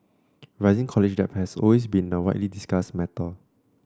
rising college debt has always been a widely discussed matter